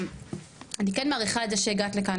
ואני כן מעריכה שהגעת לכאן,